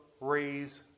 raise